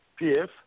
PF